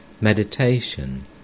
meditation